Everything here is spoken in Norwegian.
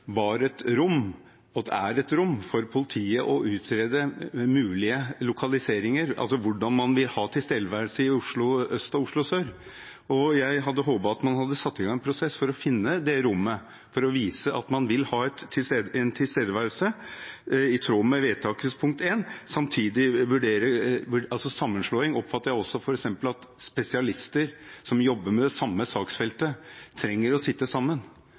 det er et rom for politiet å utrede mulige lokaliseringer, altså hvordan man vil ha tilstedeværelse i Oslo Øst og Oslo Sør. Jeg hadde håpet at man hadde satt i gang en prosess for å finne det rommet, for å vise at man vil ha en tilstedeværelse i tråd med vedtaket til I. Med sammenslåing oppfatter jeg også f.eks. at spesialister som jobber med det samme saksfeltet, trenger å sitte sammen,